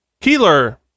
Keeler